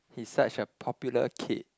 he's such a popular kid